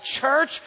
church